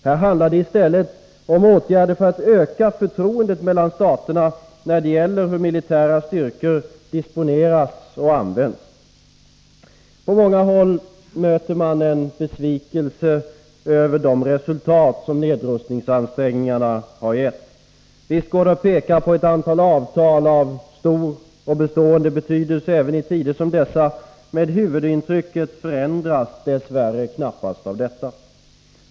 Här handlar det i stället om åtgärder för att öka förtroendet mellan staterna när det gäller hur militära styrkor disponeras och används. På många håll möter man en besvikelse över de resultat som nedrustningsansträngningarna har gett. Visst går det att peka på ett antal avtal av stor och bestående betydelse även i tider som dessa, men huvudintrycket förändras dess värre knappast av detta.